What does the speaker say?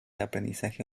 aprendizaje